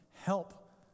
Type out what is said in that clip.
help